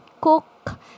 cook